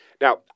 Now